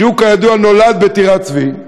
שכידוע נולד בטירת-צבי,